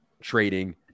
trading